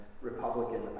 republican